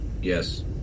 Yes